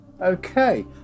Okay